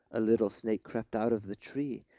a little snake crept out of the tree,